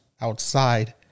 outside